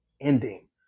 ending